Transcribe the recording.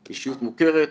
אישיות מוכרת,